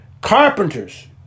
carpenters